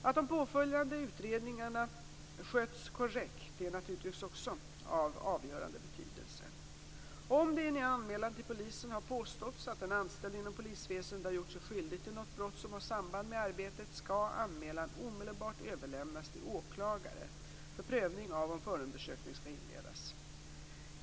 Att de påföljande utredningarna sköts korrekt är naturligtvis också av avgörande betydelse. Om det i en anmälan till polisen har påståtts att en anställd inom polisväsendet har gjort sig skyldig till något brott som har samband med arbetet, skall anmälan omedelbart överlämnas till åklagare för prövning av om förundersökning skall inledas.